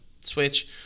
Switch